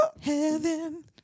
Heaven